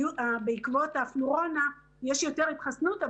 בעקבות הקורונה יש יותר התחסנות,